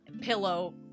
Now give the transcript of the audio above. pillow